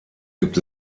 gibt